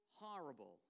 horrible